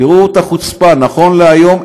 תראו את החוצפה: נכון להיום,